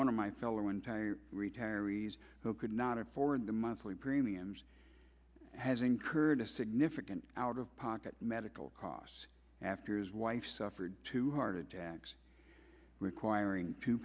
one of my fellow entire retirees who could not afford the monthly premiums has incurred a significant out of pocket medical costs after his wife suffered two heart attacks requiring two